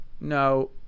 no